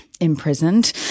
Imprisoned